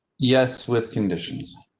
yes. with conditions.